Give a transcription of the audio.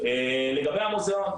לגבי המוזיאון,